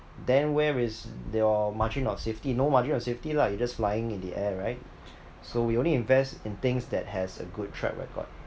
then where is your margin of safety no margin of safety lah you just flying in the air right so we only invest in things that has a good track record